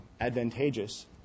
advantageous